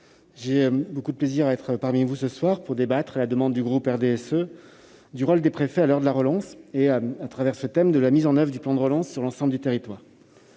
j'ai beaucoup de plaisir à être parmi vous ce soir pour débattre, à la demande du groupe du RDSE, du rôle des préfets à l'heure de la relance et de la mise en oeuvre du plan de relance sur l'ensemble du territoire.